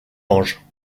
ange